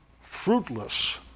fruitless